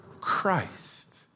Christ